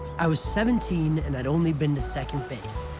i was seventeen, and i'd only been to second base,